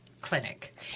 clinic